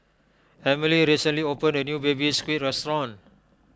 Emelie recently opened a new Baby Squid restaurant